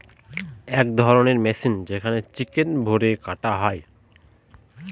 এক ধরণের মেশিন যেখানে চিকেন ভোরে কাটা হয়